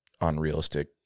unrealistic